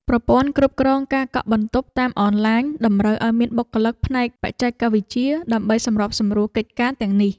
ប្រព័ន្ធគ្រប់គ្រងការកក់បន្ទប់តាមអនឡាញតម្រូវឱ្យមានបុគ្គលិកផ្នែកបច្ចេកវិទ្យា ដើម្បីសម្របសម្រួលកិច្ចការទាំងនេះ។